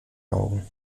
augen